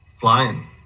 flying